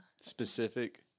specific